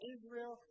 Israel